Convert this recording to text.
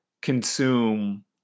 consume